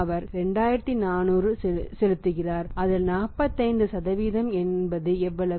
அவர் 2400 செலுத்துகிறார் அதில் 45 என்பது எவ்வளவு